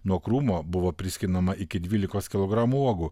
nuo krūmo buvo priskinama iki dvylikos kilogramų uogų